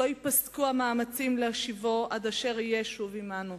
שלא ייפסקו המאמצים להשיבו, עד אשר יהיה שוב עמנו.